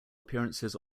appearances